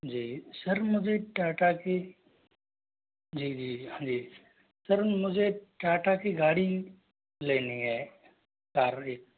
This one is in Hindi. जी सर मुझे टाटा की जी जी हाँ जी सर मुझे टाटा की गाड़ी लेनी है कार एक